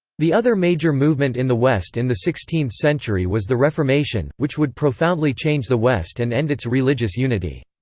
the other major movement in the west in the sixteenth century was the reformation, which would profoundly change the west and end its religious unity.